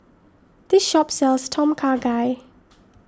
this shop sells Tom Kha Gai